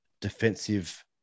defensive